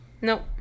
Nope